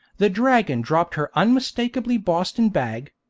the dragon dropped her unmistakably boston bag.